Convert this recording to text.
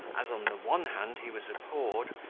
as on the one hand he was abhorred,